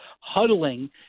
huddling